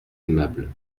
aimable